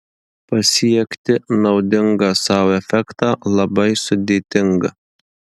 pasiekti naudingą sau efektą labai sudėtinga